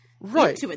Right